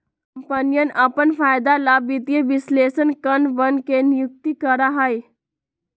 कम्पनियन अपन फायदे ला वित्तीय विश्लेषकवन के नियुक्ति करा हई